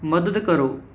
ਮਦਦ ਕਰੋ